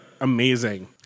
amazing